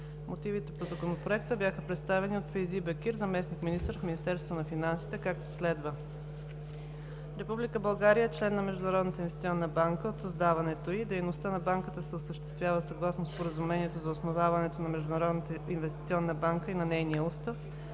Мотивите по Законопроекта бяха представени от Фейзи Бекир – заместник-министър в Министерството на финансите, както следва: Република България е член на Международната инвестиционна банка (МИБ) от създаването й. Дейността на Банката се осъществява съгласно Споразумението за основаването на Международна инвестиционна банка и на нейния устав,